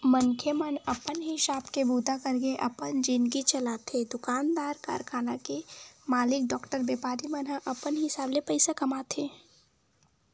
मनखे मन अपन हिसाब ले बूता करके अपन जिनगी चलाथे दुकानदार, कारखाना के मालिक, डॉक्टर, बेपारी मन अपन हिसाब ले पइसा कमाथे